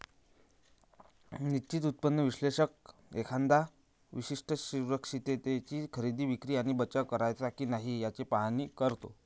निश्चित उत्पन्न विश्लेषक एखाद्या विशिष्ट सुरक्षिततेची खरेदी, विक्री किंवा बचाव करायचा की नाही याचे पाहणी करतो